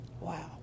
Wow